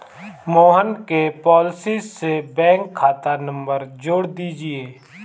मोहन के पॉलिसी से बैंक खाता नंबर जोड़ दीजिए